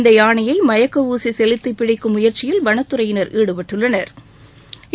இந்த யானையை மயக்க ஊசி செலுத்தி பிடிக்கும் முயற்சியில் வனத்துறையினா் ஈடுபட்டுள்ளனா்